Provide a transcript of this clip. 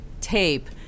tape